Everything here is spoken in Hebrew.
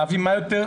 להביא כמה שיותר